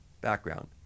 background